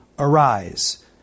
Arise